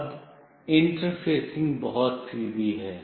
अब इंटरफेसिंग बहुत सीधी है